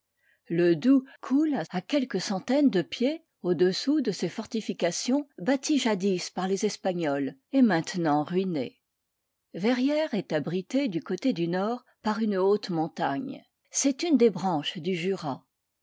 le doubs coule à quelques centaines de pieds au-dessous de ses fortifications bâties jadis par les espagnols et maintenant ruinées verrières est abritée du côté du nord par une haute montagne c'est une des branches du jura